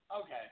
Okay